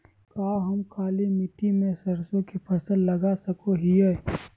का हम काली मिट्टी में सरसों के फसल लगा सको हीयय?